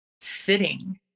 sitting